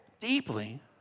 deeply